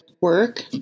work